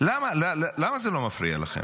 למה זה לא מפריע לכם?